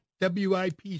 WIP